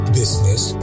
business